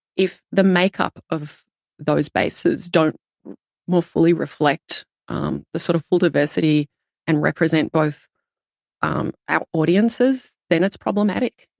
if the makeup of those bases don't more fully reflect um the sort of full diversity and represent both um our audiences, then it's problematic.